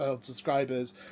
subscribers